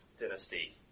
dynasty